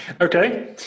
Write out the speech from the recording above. Okay